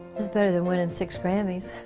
it was better than winning six grammys